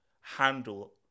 handle